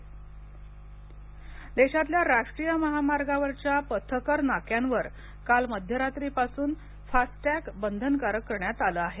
FASTag देशातल्या राष्ट्रीय महामार्गांवरच्या पथकर नाक्यांवर काल मध्यरात्री पासून फास्टॅग बंधनकारक करण्यात आला आहे